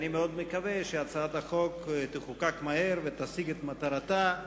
אני מאוד מקווה שהצעת החוק תחוקק מהר ותשיג את מטרתה,